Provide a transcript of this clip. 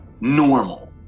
normal